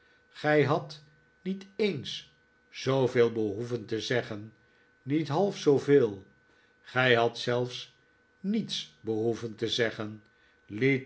gij hadt niet eens zooveel behoeven te zeggen niet half zooveel gij hadt zelfs niets behoeven te zeggen